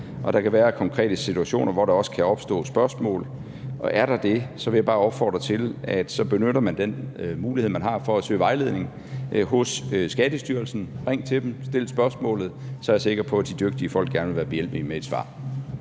og der kan være konkrete situationer, hvor der også kan opstå spørgsmål, og er der det, vil jeg bare opfordre til, at man så benytter den mulighed, man har, for at søge vejledning hos Skattestyrelsen. Ring til dem, stil spørgsmål, så er jeg sikker på, at de dygtige folk gerne vil være behjælpelige med et svar.